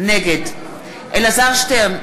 נגד אלעזר שטרן,